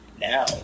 now